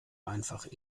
einfach